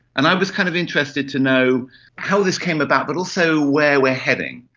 and i was kind of interested to know how this came about but also where we are heading.